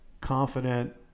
confident